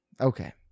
Okay